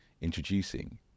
Introducing